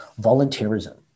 volunteerism